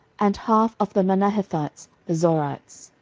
and half of the manahethites, the zorites.